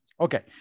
Okay